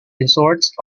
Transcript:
resorts